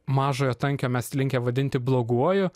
mažojo tankio mes linkę vadinti bloguoju